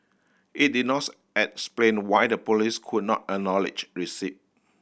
it did explain why the police could not acknowledge receipt